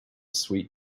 sweet